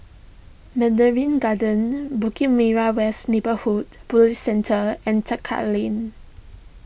Mandarin Gardens Bukit Merah West Neighbourhood Police Centre and Tekka Lane